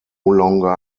longer